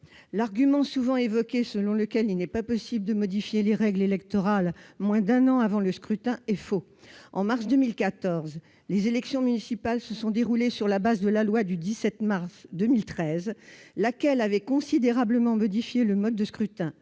L'argument souvent évoqué selon lequel il n'est pas possible de modifier les règles électorales moins d'un an avant un scrutin est faux. En mars 2014, les élections municipales se sont déroulées sur la base de la loi du 17 mars 2013, laquelle avait considérablement modifié le mode de scrutin.